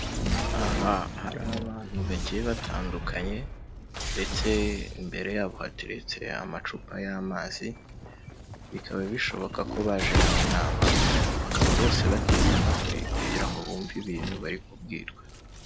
Aha hari abantu bagiye batandukanye ndetse imbere yabo hateretse amacupa y'amazi, bikaba bishoboka ko baje mu nama, bakaba bose bateze amatwi kugira ngo bumve ibintu bari kubwirwa.